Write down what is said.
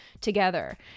together